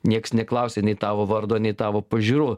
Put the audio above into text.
nieks neklausia nei tavo vardo nei tavo pažiūrų